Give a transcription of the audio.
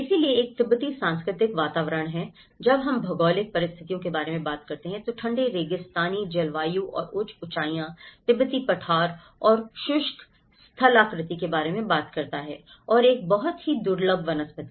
इसलिए एक तिब्बती सांस्कृतिक वातावरण है जब हम भौगोलिक परिस्थितियों के बारे में बात करते हैं तो ठंडे रेगिस्तानी जलवायु और उच्च ऊंचाई तिब्बती पठार और शुष्क स्थलाकृति के बारे में बात करता है और एक बहुत ही दुर्लभ वनस्पति